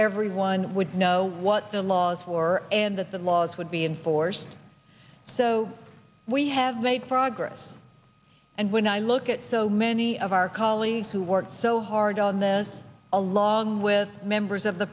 everyone would know what the laws for and that the laws would be enforced so we have made progress and when i look at so many of our colleagues who worked so hard on this along with members of the